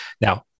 Now